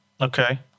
Okay